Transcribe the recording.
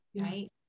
right